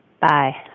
Bye